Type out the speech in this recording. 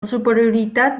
superioritat